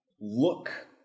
look